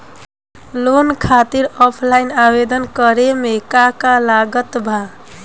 Loan खातिर offline आवेदन करे म का का लागत बा?